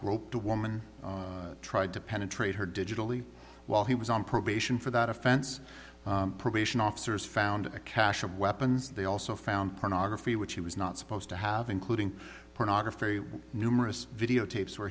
groped a woman tried to penetrate her digitally while he was on probation for that offense probation officers found a cache of weapons they also found pornography which he was not supposed to have including pornography numerous videotapes where